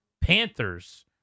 Panthers